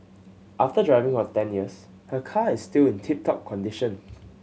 after driving for ten years her car is still in tip top condition